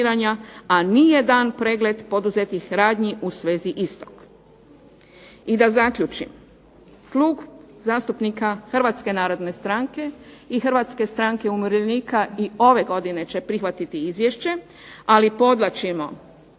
a nije dan pregled poduzetih radnji u svezi istog. I da zaključim, Klub zastupnika HNS-a i HSU-a i ove godine će prihvatiti izvješće, ali podvlačimo,